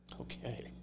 Okay